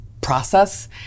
process